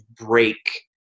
break